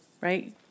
right